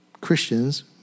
Christians